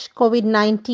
covid19